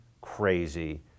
crazy